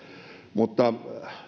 mutta